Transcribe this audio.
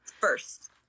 first